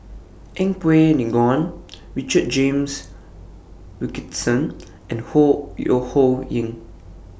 Yeng Pway Ngon Richard James Wilkinson and Ho Yo Ho Ying